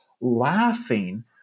laughing